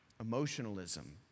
emotionalism